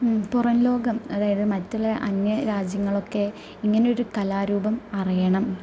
പുറം ലോകം അതായത് മറ്റുള്ള അന്യ രാജ്യങ്ങളൊക്കെ ഇങ്ങനെയൊരു കലാരൂപം അറിയണം